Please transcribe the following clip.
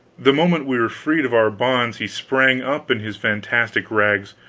the moment we were freed of our bonds he sprang up, in his fantastic rags,